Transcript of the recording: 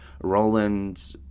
Roland